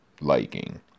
liking